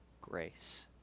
grace